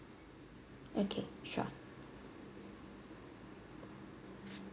okay sure